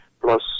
Plus